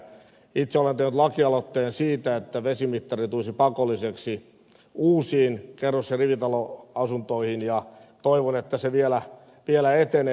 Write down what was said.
itse olen tehnyt lakialoitteen siitä että vesimittari tulisi pakolliseksi uusiin kerros ja rivitaloasuntoihin ja toivon että se vielä etenee